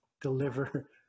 Deliver